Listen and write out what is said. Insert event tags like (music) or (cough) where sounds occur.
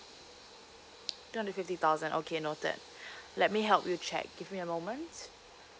two hundred fifty thousand okay noted (breath) let me help you check give me a moment